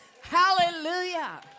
Hallelujah